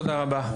תודה רבה.